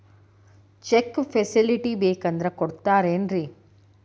Check facility ಬೇಕಂದ್ರ ಕೊಡ್ತಾರೇನ್ರಿ?